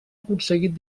aconseguit